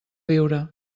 viure